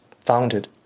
founded